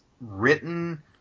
written